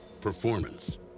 Performance